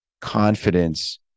confidence